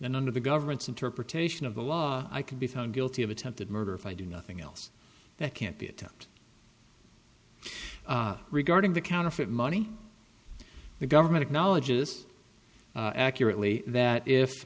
and under the government's interpretation of the law i could be found guilty of attempted murder if i do nothing else that can't be attacked regarding the counterfeit money the government acknowledges accurately that if